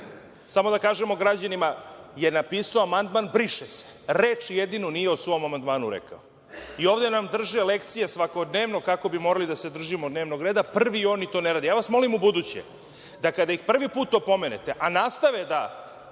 samo da kažemo građanima je napisao amandman „briše se“. Reč jedinu nije o svom amandmanu rekao, i ovde nam drže lekcije svakodnevno kako bi morali da se držimo dnevnog reda, prvi oni to ne rade. Ja vas molim da u buduće, da kada ih prvi put opomenete, a nastave da